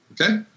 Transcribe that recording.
Okay